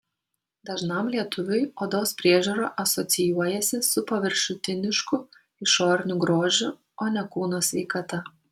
dažnam lietuviui odos priežiūra asocijuojasi su paviršutinišku išoriniu grožiu o ne kūno sveikata